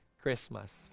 Christmas